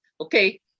okay